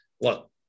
Look